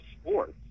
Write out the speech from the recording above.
sports